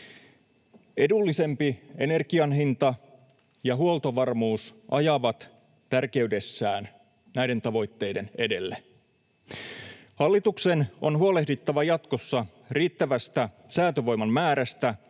Edullisempi energian hinta ja huoltovarmuus ajavat tärkeydessään näiden tavoitteiden edelle. Hallituksen on huolehdittava jatkossa riittävästä säätövoiman määrästä